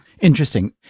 Interesting